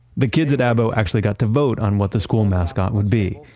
the kids at abo actually got the vote on what the school mascot would be,